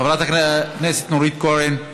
חברת הכנסת נורית קורן,